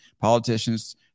politicians